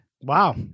Wow